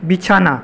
বিছানা